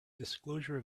disclosure